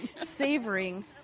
Savoring